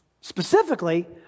Specifically